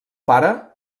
pare